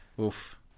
oof